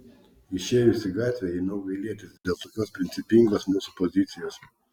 išėjus į gatvę ėmiau gailėtis dėl tokios principingos mūsų pozicijos